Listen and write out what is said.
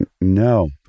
No